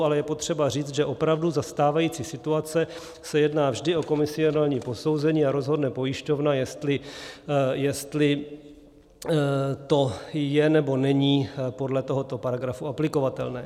Ale je potřeba říci, že opravdu za stávající situace se jedná vždy o komisionální posouzení a rozhodne pojišťovna, jestli to je, nebo není podle tohoto paragrafu aplikovatelné.